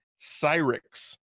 Cyrix